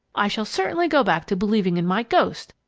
i shall certainly go back to believing in my ghost.